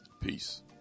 Peace